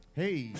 hey